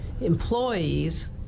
employees